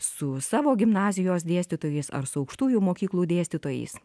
su savo gimnazijos dėstytojais ar su aukštųjų mokyklų dėstytojais